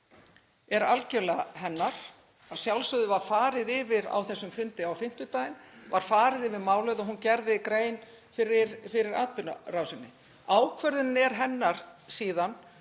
er algjörlega hennar. Að sjálfsögðu var farið yfir það á þessum fundi, á fimmtudaginn var farið yfir málið og hún gerði grein fyrir atburðarásinni. Ákvörðunin er síðan